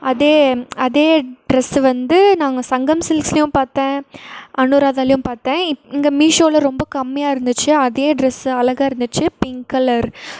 அதே அதே ட்ரெஸ்ஸு வந்து நாங்கள் சங்கம் சில்க்ஸ்லேயும் பார்த்தேன் அனுராதாலேயும் பார்த்தேன் இப் இங்கே மீஷோவில் ரொம்ப கம்மியாக இருந்துச்சு அதே ட்ரெஸ் அழகாக இருந்துச்சு பிங்க் கலர்